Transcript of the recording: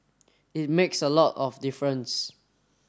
it makes a lot of difference